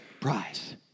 prize